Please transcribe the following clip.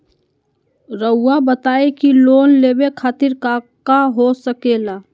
रउआ बताई की लोन लेवे खातिर काका हो सके ला?